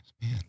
man